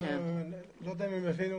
אני לא יודע אם הם הבינו,